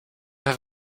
have